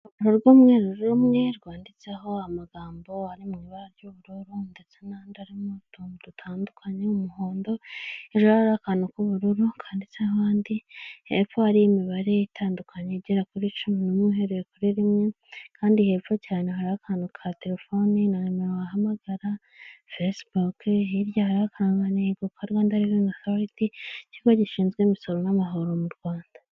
Urupapuro rw'umweruru rumwe rwanditseho amagambo ari mu ibara ry'ubururu ndetse n'andi arimo tuntu dutandukanye, umuhondo; hejuru hariho akantu k'ubururu kanditseho andi, hepfo hariho imibare itandukanye igera kuri cumi n'umwe uhereye kuri rimwe kandi hepfo cyane hariho akantu ka telefoni na nimero wahamagara, Fesibuke; hirya hariho akarangantego ka Rwanda reveni otoriti ikigo gishinzwe imisoro n'amahoro mu Rwanda.